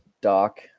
doc